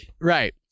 Right